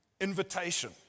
invitation